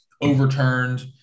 overturned